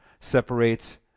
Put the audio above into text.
separates